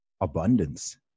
abundance